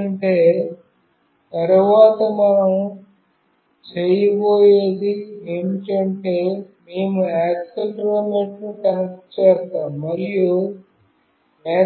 ఎందుకంటే తరువాత మనం చేయబోయేది ఏమిటంటే మేము యాక్సిలెరోమీటర్ను కనెక్ట్ చేస్తాము మరియు